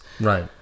right